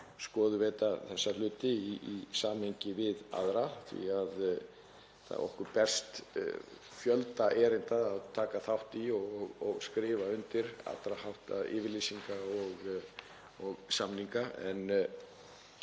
skoðum við þessa hluti í samhengi við aðra því að okkur berst fjöldi erinda að taka þátt í og skrifa undir allra handa yfirlýsingar og samninga. En